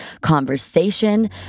conversation